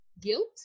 guilt